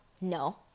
no